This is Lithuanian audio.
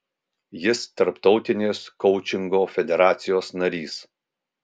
jis tarptautinės koučingo federacijos narys